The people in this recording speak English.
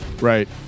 Right